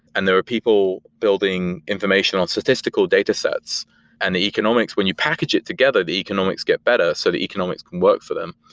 and there are people building information on statistical datasets and the economics when you package it together, the economics get better. so the economics can work for them.